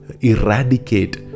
eradicate